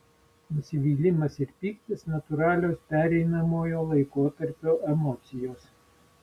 nusivylimas ir pyktis natūralios pereinamojo laikotarpio emocijos